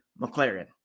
McLaren